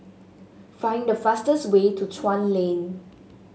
find the fastest way to Chuan Lane